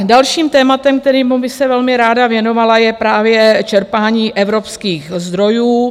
Dalším tématem, kterému bych se velmi ráda věnovala, je právě čerpání evropských zdrojů.